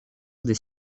des